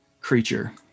creature